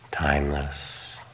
Timeless